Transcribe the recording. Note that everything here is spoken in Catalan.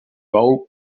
bou